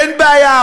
אין בעיה,